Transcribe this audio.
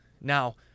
Now